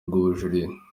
rw’ubujurire